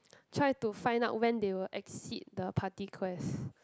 try to find out when they will exit the party quest